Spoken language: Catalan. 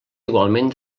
igualment